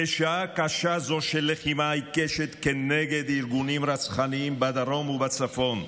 בשעה קשה של לחימה עיקשת כנגד ארגונים רצחניים בדרום ובצפון,